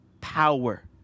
power